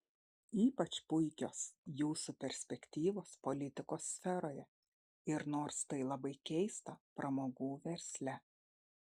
ypač puikios jūsų perspektyvos politikos sferoje ir nors tai labai keista pramogų versle